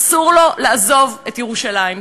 אסור לו לעזוב את ירושלים.